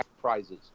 prizes